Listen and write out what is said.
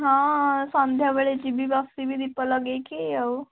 ହଁ ସନ୍ଧ୍ୟାବେଳେ ଯିବି ବସିବି ଦୀପ ଲଗାଇକି ଆଉ